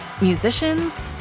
Musicians